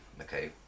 Okay